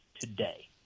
today